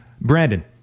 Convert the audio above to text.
Brandon